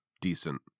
decent